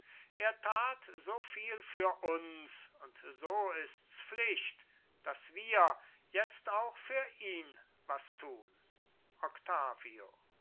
er tat so viel für uns und so ists pflicht daß wir jetzt auch für ihn was tun octavio